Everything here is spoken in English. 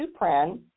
Supran